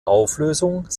auflösung